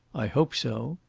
i hope so.